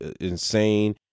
insane